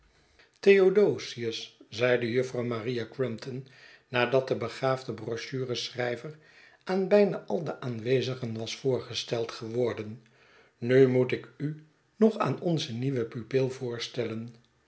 theodosius zeide juffrouw maria crumpton nadat de begaafde brochureschrijver aan bijna al de aanwezigen was voorgesteld geworden nu moet ik u nog aan onze nieuwe pupil voorstellen